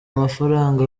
mafaranga